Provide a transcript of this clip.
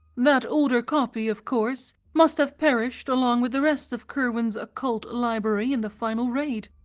that older copy, of course, must have perished along with the rest of curwen's occult library in the final raid.